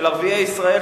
של ערביי ישראל,